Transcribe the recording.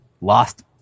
lost